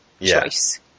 choice